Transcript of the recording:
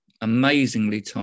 amazingly